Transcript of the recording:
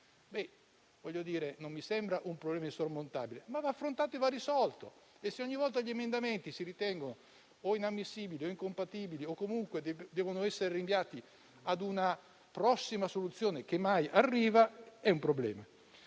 immatricolati. Non mi sembra un problema insormontabile, ma va affrontato e risolto. Se ogni volta gli emendamenti si ritengono inammissibili, incompatibili o vengono comunque rinviati a una prossima soluzione che mai arriva, è un problema.